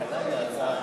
דב חנין, בעד יש עוד